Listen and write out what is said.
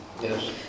yes